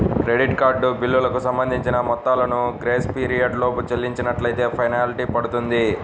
credit card బిల్లులకు సంబంధించిన మొత్తాలను గ్రేస్ పీరియడ్ లోపు చెల్లించనట్లైతే ఫెనాల్టీ పడుతుంది